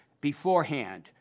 beforehand